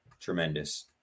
Tremendous